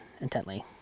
intently